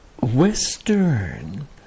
Western